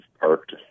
parked